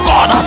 God